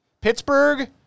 Pittsburgh